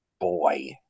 Boy